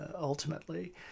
ultimately